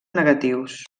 negatius